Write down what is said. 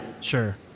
Sure